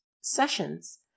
sessions